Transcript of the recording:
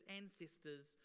ancestors